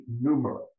numerous